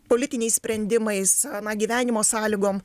politiniais sprendimais na gyvenimo sąlygom